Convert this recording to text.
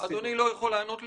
אדוני לא יכול לענות לי?